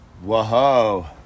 Whoa